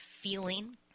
feeling